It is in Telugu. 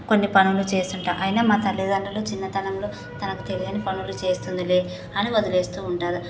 కొన్ని పనులు చేసి ఉంటాను అయినా మా తల్లితండ్రులు చిన్నతనంలో తనకు తెలియని పనులు చేస్తుందిలే అని వదిలేస్తూ ఉంటారు